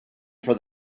for